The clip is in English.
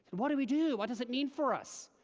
what do we do, what does it mean for us?